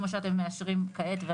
כפי שאתם מאשרים כעת.